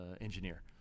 engineer